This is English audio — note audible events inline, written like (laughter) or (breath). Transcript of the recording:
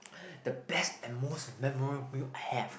(breath) the best and most memorable I have